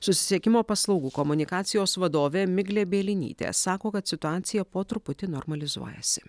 susisiekimo paslaugų komunikacijos vadovė miglė bielinytė sako kad situacija po truputį normalizuojasi